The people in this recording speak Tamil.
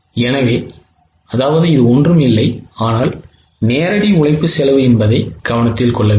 எனவே இது ஒன்றும் இல்லை ஆனால் நேரடி உழைப்பு செலவு என்பதை கவனத்தில் கொள்ள வேண்டும்